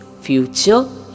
future